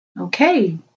Okay